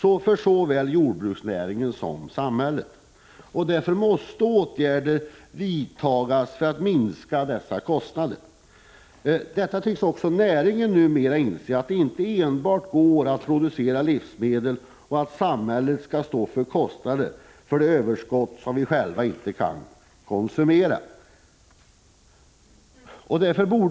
för såväl jordbruksnäringen som samhället rent orimliga höjder. Därför måste åtgärder vidtagas för att minska dessa kostnader. Också inom näringen tycks man nu inse att man inte kan fortsätta att producera livsmedelsöverskott som vi inte själva kan konsumera och som skall betalas av samhället.